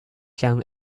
can